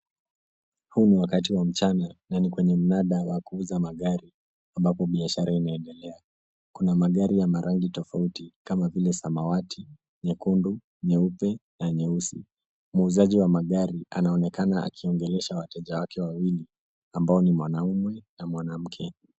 Huu ni wakati wa mchana na ni kwenye mnada wa kuuza magari ambapo biashara inaendelea. Kuna magari ya rangi tofauti kama vile samawati, nyekundu, nyeupe, na nyeusi. Muuzaji wa magari anaonekana akiongelesha wateja wake wawili ambao ni mwanaume na mwanamke.